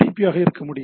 B ஆக இருக்க முடியும்